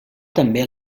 també